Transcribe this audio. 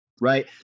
right